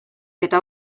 eta